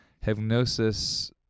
hypnosis